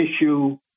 issue